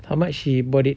how much she bought it